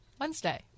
Wednesday